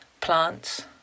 plants